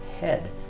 head